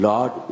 Lord